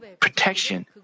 protection